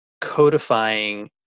codifying